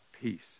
peace